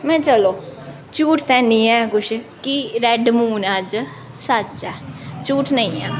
में चलो झूठ ते एह् निं ऐ कुछ कि रैड मून ऐ अज्ज सच्च ऐ झूठ नेईं ऐ